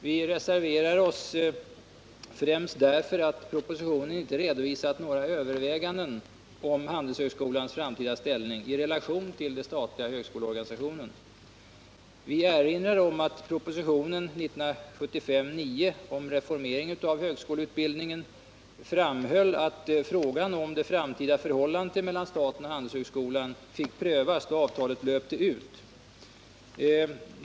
Vi reserverar oss främst därför att propositionen inte redovisat några överväganden om Handelshögskolans framtida ställning i relation till den statliga högskoleorganisationen. Vi erinrar om att propositionen 1975:9 om reformering av högskoleutbild Nr 43 ningen framhöll att frågan om det framtida förhållandet mellan staten och Handelshögskolan fick prövas då avtalet löpte ut.